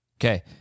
Okay